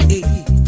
eat